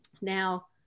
Now